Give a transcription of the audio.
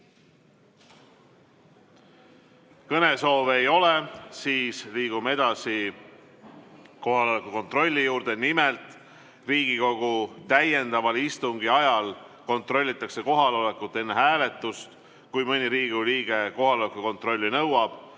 Kõnesoove ei ole. Siis liigume edasi kohaloleku kontrolli juurde. Nimelt, Riigikogu täiendava istungi ajal kontrollitakse kohalolekut enne hääletust, kui mõni Riigikogu liige kohaloleku kontrolli nõuab,